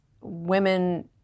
women